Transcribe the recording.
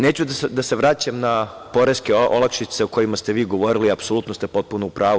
Neću da se vraćam na poreske olakšice o kojima ste vi govorili, apsolutno ste potpuno u pravu.